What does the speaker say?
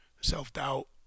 self-doubt